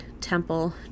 temple